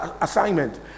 assignment